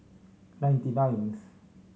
ninety ninth